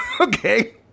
Okay